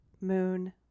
moon